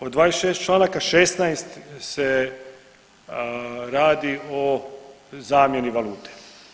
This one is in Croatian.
Od 26 članaka 16 se radi o zamjeni valute.